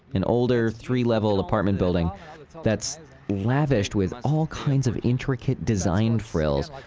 an older three-level apartment building that's lavished with all kinds of intricate design frills. like